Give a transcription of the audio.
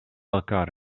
elkaar